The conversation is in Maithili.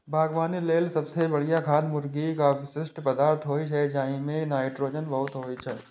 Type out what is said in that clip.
बागवानी लेल सबसं बढ़िया खाद मुर्गीक अवशिष्ट पदार्थ होइ छै, जइमे नाइट्रोजन बहुत होइ छै